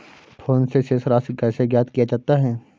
Phone से शेष राशि कैसे ज्ञात किया जाता है?